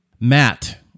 Matt